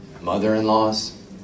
mother-in-laws